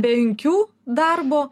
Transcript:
penkių darbo